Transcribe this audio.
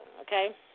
Okay